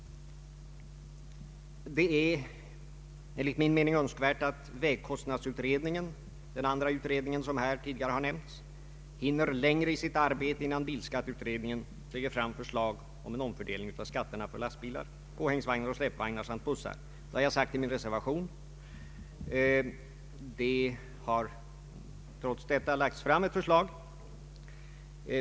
Det hade enligt min mening varit önskvärt att vägkostnadsutredningen — den andra utredning som här tidigare nämnts — hunnit längre i sitt arbete innan bilskatteutredningen lägger fram förslag till en omfördelning av skatterna för lastbilar, påhängsvagnar, släpvagnar och bussar. Det har jag sagt i min reservation till utredningen. Trots detta har här lagts fram ett förslag.